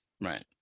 Right